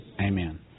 Amen